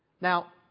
Now